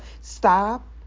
Stop